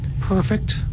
Perfect